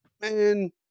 Man